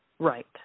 Right